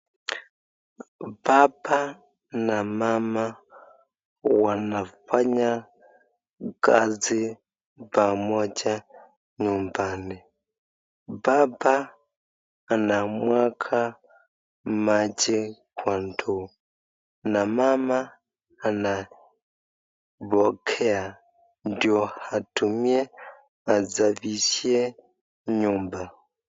Baba na mama wanafanya kazi pamoja nyumbani, baba anamwaga maji kwa ndoo na mama anapokea ndio atumie asafishie nyumba.